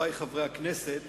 חברי חברי הכנסת,